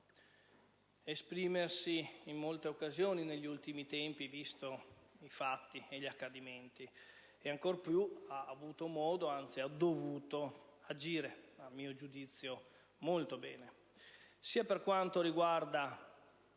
esprimersi in molte occasioni negli ultimi tempi, visti i fatti e gli accadimenti, e ancor più ha avuto modo di agire (anzi, ha dovuto), a mio giudizio molto bene, sia per quanto riguarda